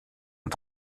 und